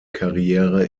karriere